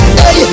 hey